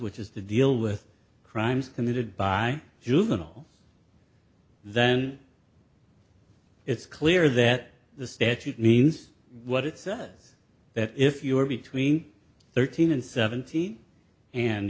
which is to deal with crimes committed by juvenile then it's clear that the statute means what it says that if you are between thirteen and seventeen and